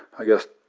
i guess,